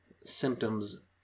symptoms